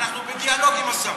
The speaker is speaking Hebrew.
אנחנו בדיאלוג עם השר.